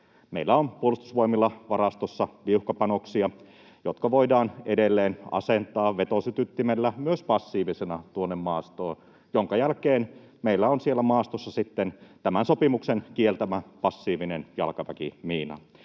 Meillä on Puolustusvoimilla varastossa viuhkapanoksia, jotka voidaan edelleen asentaa vetosytyttimellä myös passiivisena tuonne maastoon, minkä jälkeen meillä on siellä maastossa sitten tämän sopimuksen kieltämä passiivinen jalkaväkimiina.